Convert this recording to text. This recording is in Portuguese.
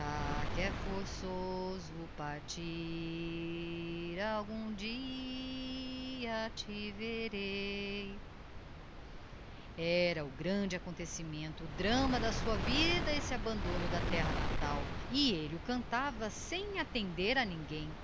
que é torçoso partir algum dia te verei era o grande acontecimento o drama da sua vida esse abandono da terra natal e elle o cantava sem attender a ninguém